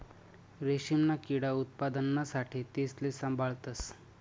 रेशीमना किडा उत्पादना साठे तेसले साभाळतस